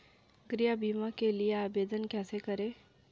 गृह बीमा के लिए आवेदन कैसे करें?